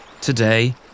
Today